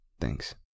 Thanks